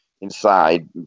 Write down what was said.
inside